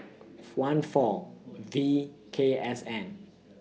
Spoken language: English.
one four V K S N